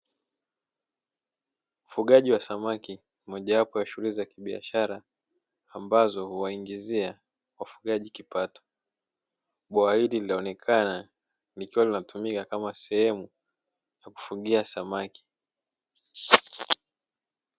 Ufugaji wa samaki moja wapo ya shughuli za kibiashara ambazo huwaingizia wafugaji kipato, bwawa hili linaonekana likiwa linatumika kama sehemu ya kufugia samaki.